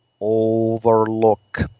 overlook